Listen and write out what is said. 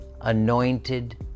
anointed